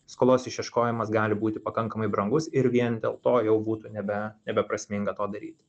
skolos išieškojimas gali būti pakankamai brangus ir vien dėl to jau būtų nebe nebeprasminga to daryti